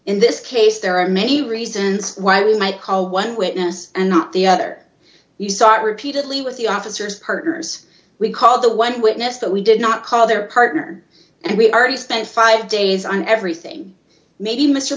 in this case there are many reasons why we might call one witness and not the other you saw it repeatedly with the officers partners we call the one witness that we did not call their partner and we are he spent five days on everything maybe mr